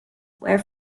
were